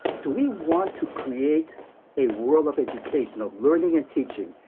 do we want to create a world of education, of learning and teaching,